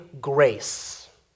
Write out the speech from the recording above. grace